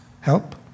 help